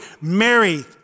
Mary